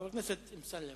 חבר הכנסת חיים אמסלם,